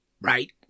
Right